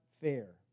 fair